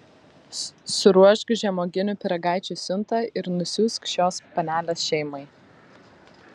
suruošk žemuoginių pyragaičių siuntą ir nusiųsk šios panelės šeimai